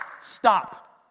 Stop